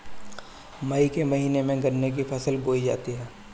मई के महीने में गन्ना की फसल बोई जाती है